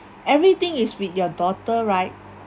everything is with your daughter right